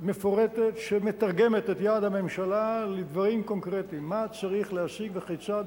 מפורטת שמתרגמת את יעד הממשלה לדברים קונקרטיים: מה צריך להשיג וכיצד,